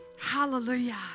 Hallelujah